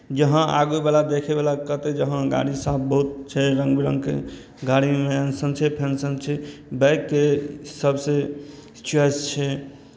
जहाँ आगेवला देखयवला कहतै हँ गाड़ी साफ बहुत छै रङ्ग बिरङ्गके गाड़ीमे एंशन छै फेशन छै बाइकके सभसँ चॉइस छै